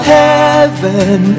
heaven